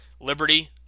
Liberty